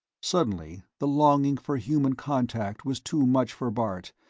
suddenly, the longing for human contact was too much for bart,